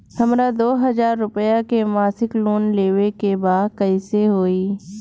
हमरा दो हज़ार रुपया के मासिक लोन लेवे के बा कइसे होई?